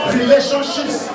relationships